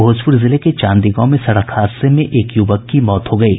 भोजपुर जिले के चांदी गांव में सड़क हादसे में एक युवक की मौत हो गयी